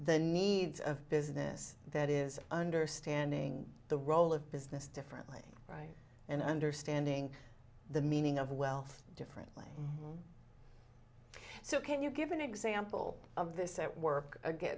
the needs of business that is understanding the role of business differently right and understanding the meaning of wealth differently so can you give an example of this at work again